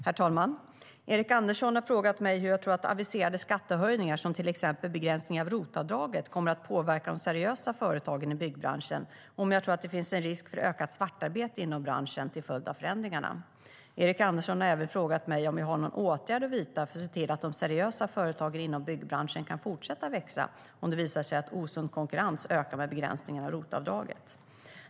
Herr talman! Erik Andersson har frågat mig hur jag tror att aviserade skattehöjningar, som till exempel begränsningen av ROT-avdraget, kommer att påverka de seriösa företagen i byggbranschen och om jag tror att det finns en risk för ökat svartarbete inom branschen till följd av förändringarna. Erik Andersson har även frågat mig om jag har någon åtgärd att vidta för att se till att de seriösa företagen inom byggbranschen kan fortsätta växa om det visar sig att den osunda konkurrensen ökar med begränsningen av ROT-avdraget.